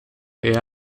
ehe